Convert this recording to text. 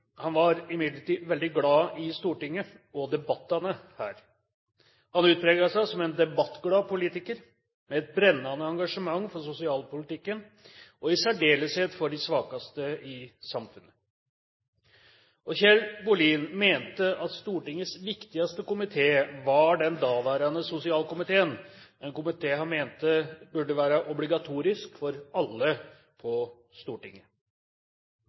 Han var imidlertid veldig glad i Stortinget og debattene her. Han utpreget seg som en debattglad politiker med et brennende engasjement for sosialpolitikken og i særdeleshet for de svakeste i samfunnet. Kjell Bohlin mente at Stortingets viktigste komité var den daværende sosialkomiteen, en komité han mente burde være obligatorisk for alle på Stortinget.